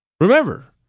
Remember